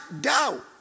doubt